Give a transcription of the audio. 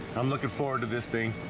i'm looking forward to this thing.